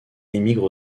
émigrent